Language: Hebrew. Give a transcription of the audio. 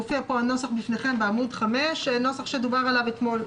בעמוד 5 מופיע הנוסח, נוסח דובר עליו אתמול.